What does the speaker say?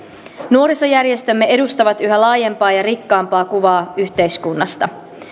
nuorisojärjestömme edustavat yhä laajempaa ja rikkaampaa kuvaa yhteiskunnasta